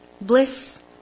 Bliss